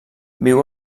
viu